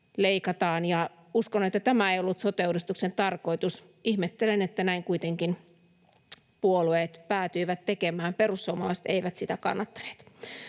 uskon, että tämä ei ollut sote-uudistuksen tarkoitus. Ihmettelen, että näin kuitenkin puolueet päätyivät tekemään. Perussuomalaiset eivät sitä kannattaneet.